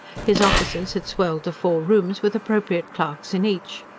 his offices had swelled to four rooms, with appropriate clerks in each.